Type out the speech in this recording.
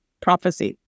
prophecy